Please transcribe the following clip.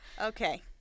Okay